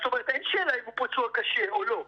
זאת א ומרת, אין שאלה אם הוא פצוע קשה או לא.